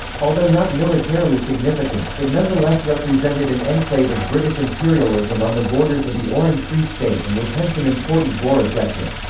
although not militarily significant, it nonetheless represented an enclave of british imperialism on the borders of the orange free state and was hence an important boer objective.